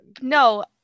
No